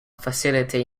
facility